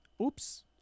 Oops